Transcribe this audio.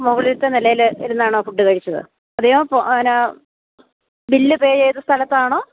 മുകളിലത്തെ നിലയിൽ ഇരുന്നാണോ ഫുഡ് കഴിച്ചത് അതെയോ പിന്നെ ബില്ല് പേ ചെയ്ത സ്ഥലത്താണോ